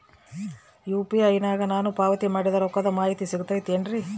UPI ನಾಗ ನಾನು ಪಾವತಿ ಮಾಡಿದ ರೊಕ್ಕದ ಮಾಹಿತಿ ಸಿಗುತೈತೇನ್ರಿ?